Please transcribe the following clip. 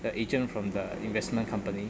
a agent from the investment company